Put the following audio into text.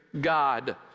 God